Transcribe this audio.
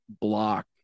block